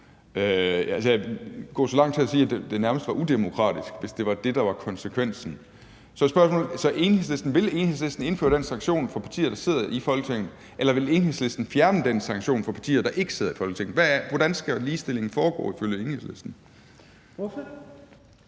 vil gå så langt som til at sige, at det nærmest var udemokratisk, hvis det var det, der var konsekvensen. Så vil Enhedslisten indføre den sanktion for partier, der sidder i Folketinget, eller vil Enhedslisten fjerne den sanktion for partier, der ikke sidder i Folketinget? Hvordan skal ligestillingen foregå ifølge Enhedslisten? Kl.